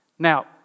Now